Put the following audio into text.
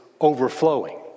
Overflowing